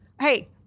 hey